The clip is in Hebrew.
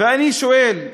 ואני שואל: